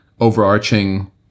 overarching